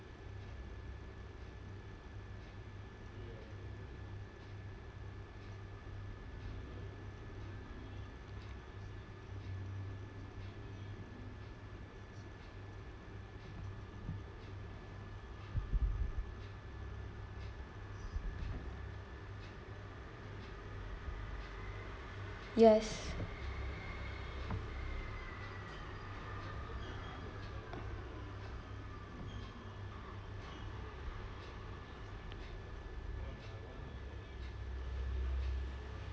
yes